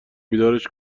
بیدارش